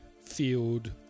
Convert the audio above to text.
field